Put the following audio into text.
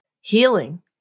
healing